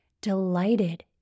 delighted